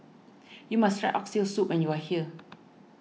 you must try Oxtail Soup when you are here